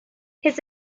his